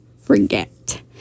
forget